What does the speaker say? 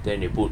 then they put